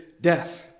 death